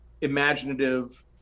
imaginative